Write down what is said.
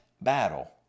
battle